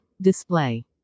Display